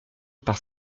par